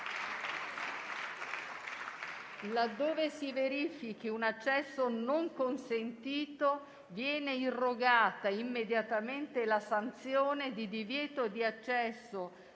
Laddove si verifichi un accesso non consentito, viene irrogata immediatamente la sanzione di divieto di accesso